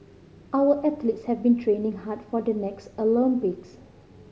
our athletes have been training hard for the next Olympics